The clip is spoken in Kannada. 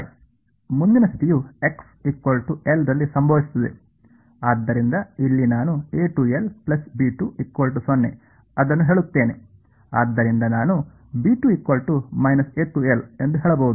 ಮುಂದಿನ ಸ್ಥಿತಿಯು ನಲ್ಲಿ ಸಂಭವಿಸುತ್ತದೆ ಆದ್ದರಿಂದ ಇಲ್ಲಿ ನಾನು ಅದನ್ನು ಹೇಳುತ್ತೇನೆ ಆದ್ದರಿಂದ ನಾನು ಎಂದು ಹೇಳಬಹುದು